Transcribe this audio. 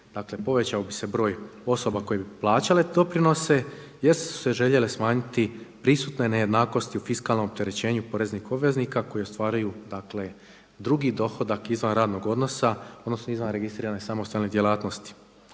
povećao bi se broj osoba koje bi plaćale doprinose jer su se željele smanjiti prisutne nejednakosti u fiskalnom opterećenju poreznih obveznika koji ostvaruju, dakle drugi dohodak izvan radnog odnosa, odnosno izvan registrirane samostalne djelatnosti.